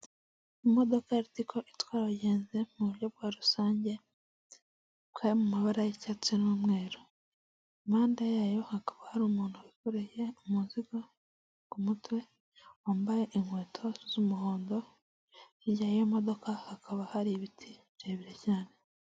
Ni akazu ka emutiyene k'umuhondo, kariho ibyapa byinshi mu bijyanye na serivisi zose za emutiyene, mo imbere harimo umukobwa, ubona ko ari kuganira n'umugabo uje kumwaka serivisi.